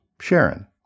Sharon